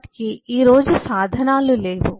వాటికి ఈ రోజు సాధనాలు లేవు